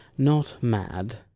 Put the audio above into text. not mad,